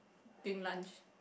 during lunch